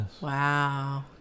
Wow